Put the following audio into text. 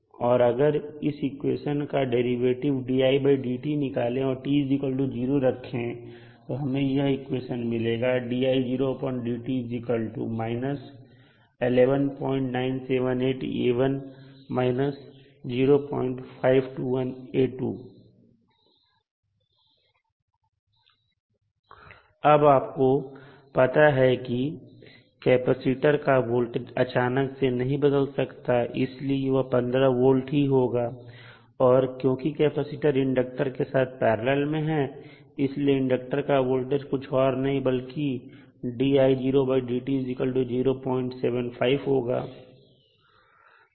और अगर इस इक्वेशन का डेरिवेटिव निकालें और t0 रखें तो हमें यह इक्वेशन मिलेगा अब आपको पता है कि कैपेसिटर का वोल्टेज अचानक से नहीं बदल सकता इसलिए वह 15 V ही होगा और क्योंकि कैपेसिटर इंडक्टर के साथ पैरलल में है इसलिए इंडक्टर का वोल्टेज कुछ और नहीं बल्कि होगा